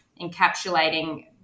encapsulating